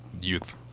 Youth